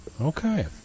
Okay